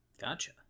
Gotcha